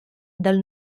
dal